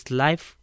life